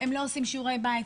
הם לא עושים שיעורי בית,